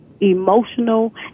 emotional